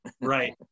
right